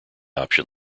option